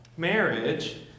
Marriage